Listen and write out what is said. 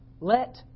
Let